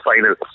final